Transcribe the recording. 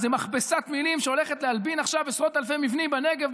איזו מכבסת מילים שהולכת להלבין עכשיו עשרות אלפי מבנים בנגב,